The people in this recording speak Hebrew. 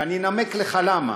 ואני אנמק לך למה,